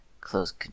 close